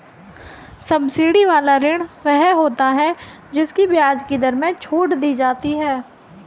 subsidy वाला ऋण वो होता है जिसकी ब्याज की दर में छूट दी जाती है